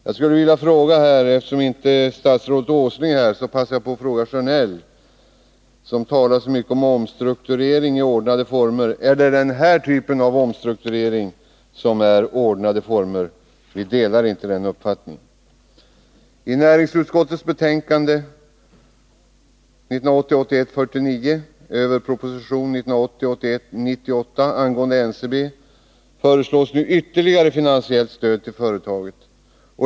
Eftersom statsrådet Åsling inte är här, skulle jag vilja passa på att fråga Bengt Sjönell, som talar så mycket om omstrukturering i ordnade former: Är den här typen av omstrukturering en sådan som sker i ordnade former? Vi har inte den uppfattningen. I näringsutskottets betänkande 1980 81:98 angående NCB föreslås nu ytterligare finansiellt stöd till företaget.